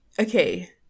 okay